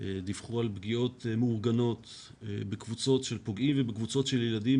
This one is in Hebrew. דיווח על פגיעות מאורגנות בקבוצות של פוגעים ובקבוצות של ילדים,